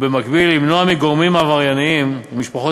ובמקביל למנוע מגורמים עבריינים וממשפחות